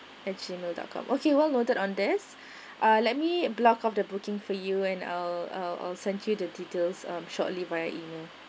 at gmail dot com okay well noted on this ah let me block off the booking for you and I'll I'll I'll send you the details um shortly via email